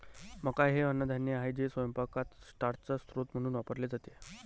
मका हे अन्नधान्य आहे जे स्वयंपाकात स्टार्चचा स्रोत म्हणून वापरले जाते